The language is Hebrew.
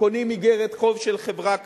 קונים איגרת חוב של חברה כזאת.